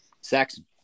Saxon